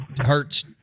Hurts